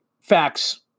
facts